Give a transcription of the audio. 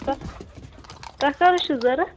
تتھ تۄہہِ کَر حظ چھُو ضروٗرت